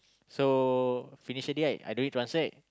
so finish already right I don't need to answer right